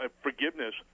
forgiveness